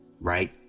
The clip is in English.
right